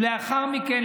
לאחר מכן,